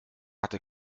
hatte